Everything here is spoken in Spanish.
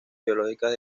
geológicas